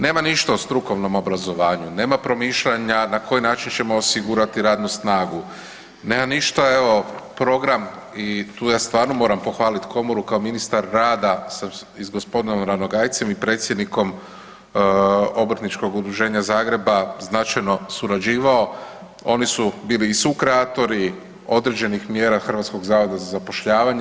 Nema ništa o strukovnom obrazovanju, nema promišljanja na koji način ćemo osigurati radnu snagu, nema ništa evo program i tu ja stvarno moram pohvaliti komoru kao ministar rada sam i s gospodinom Ranogajcem i predsjednikom Obrtničkog udruženja Zagreba značajno surađivao, oni su bili i sukreatori određenih mjera HZZ-a.